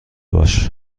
باش